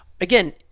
again